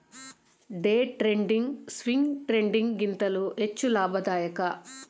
day trading, swing trading ಗಿಂತಲೂ ಹೆಚ್ಚು ಲಾಭದಾಯಕ